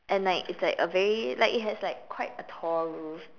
and like it's like a very like it has like quite a tall roof